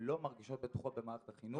שלא מרגישות בטוחות במערכת החינוך.